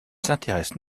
s’intéresse